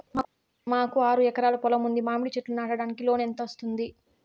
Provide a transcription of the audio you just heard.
మాకు ఆరు ఎకరాలు పొలం ఉంది, మామిడి చెట్లు నాటడానికి లోను ఎంత వస్తుంది?